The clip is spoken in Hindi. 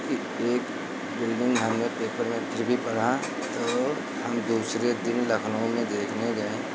कि एक बिल्डिंग हमने पेपर में फिर भी पढ़ा तो हम दूसरे दिन लखनऊ में देखने गए